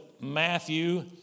Matthew